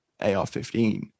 AR-15